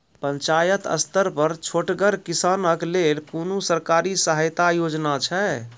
पंचायत स्तर पर छोटगर किसानक लेल कुनू सरकारी सहायता योजना छै?